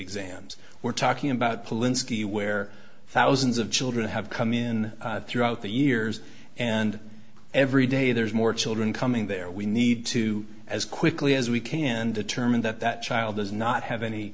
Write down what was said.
exams we're talking about pullin ski where thousands of children have come in throughout the years and every day there's more children coming there we need to as quickly as we can determine that that child does not have any